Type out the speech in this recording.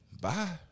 bye